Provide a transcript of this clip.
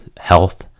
health